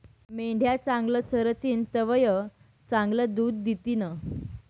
मेंढ्या चांगलं चरतीन तवय चांगलं दूध दितीन